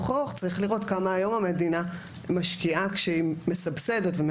כמה שיותר כסף בגילאים היותר צעירים,